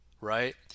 right